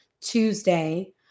Tuesday